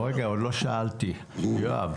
רגע, עוד לא שאלתי, יואב.